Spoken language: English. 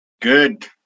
Good